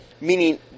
meaning